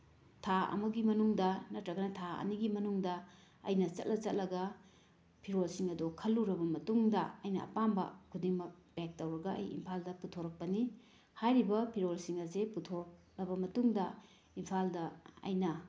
ꯊꯥ ꯑꯃꯒꯤ ꯃꯅꯨꯡꯗ ꯅꯠꯇ꯭ꯔꯒꯅ ꯊꯥ ꯑꯅꯤꯒꯤ ꯃꯅꯨꯡꯗ ꯑꯩꯅ ꯆꯠꯂ ꯆꯠꯂꯒ ꯐꯤꯔꯣꯜꯁꯤꯡ ꯑꯗꯨ ꯈꯜꯂꯨꯔꯕ ꯃꯇꯨꯡꯗ ꯑꯩꯅ ꯑꯄꯥꯝꯕ ꯈꯨꯗꯤꯡꯃꯛ ꯄꯦꯛ ꯇꯧꯔꯒ ꯑꯩ ꯏꯝꯐꯥꯜꯗ ꯄꯨꯊꯣꯔꯛꯄꯅꯤ ꯍꯥꯏꯔꯤꯕ ꯐꯤꯔꯣꯜꯁꯤꯡ ꯑꯁꯤ ꯄꯨꯊꯣꯛꯂꯕ ꯃꯇꯨꯡꯗ ꯏꯝꯐꯥꯜꯗ ꯑꯩꯅ